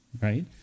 right